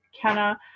Kenna